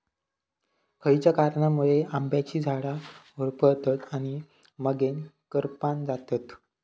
खयच्या कारणांमुळे आम्याची झाडा होरपळतत आणि मगेन करपान जातत?